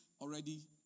already